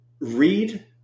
read